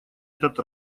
этот